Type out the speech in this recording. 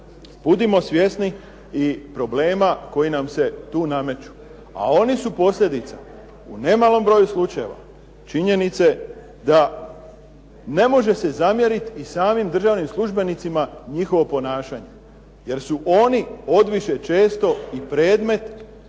budimo svjesni i problema koji nam se tu nameću, a oni su posljedica u nemalom broju slučajeva činjenice da ne može se zamjerit i samim državnim službenicima njihovo ponašanje, jer su oni odviše često i predmet